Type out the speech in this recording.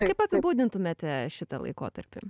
kaip apibūdintumėte šitą laikotarpį